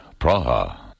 Praha